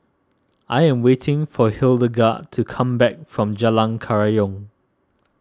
I am waiting for Hildegarde to come back from Jalan Kerayong